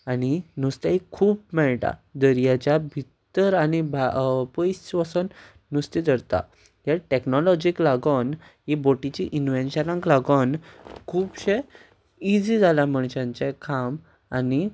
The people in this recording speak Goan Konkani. आनी नुस्तेंय खूब मेळटा दर्याच्या भितर आनी पयस वचून नुस्तें धरता टॅक्नोलोजीक लागोन ही बोटीची इनवेन्शनाक लागोन खुबशे इजी जाला मनशांचे काम आनी